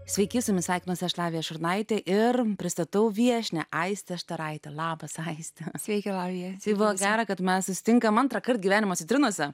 sveiki su jumis sveikinuosi aš lavija šurnaitė ir pristatau viešnią aistę štaraitę labas aiste sveiki lavija buvo gera kad mes susitinkame antrąkart gyvenimo citrinose